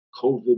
COVID